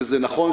וזה נכון,